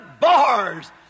bars